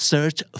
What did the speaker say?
Search